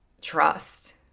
trust